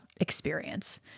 experience